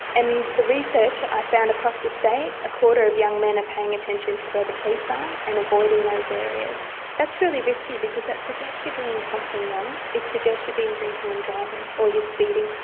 and the research i found across the state, a quarter of young men are paying attention to where the police are and avoiding those areas. that's really risky because that suggests you're doing something wrong. it suggests you've been drinking and driving or you are speeding,